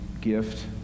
gift